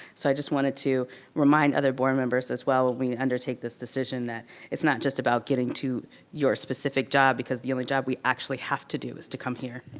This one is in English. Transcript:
so i just wanted to remind other board members as well, when we undertake this decision, that it's not just about getting to your specific job because the only job we actually have to do is to come here.